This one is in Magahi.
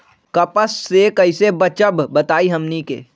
कपस से कईसे बचब बताई हमनी के?